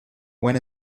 when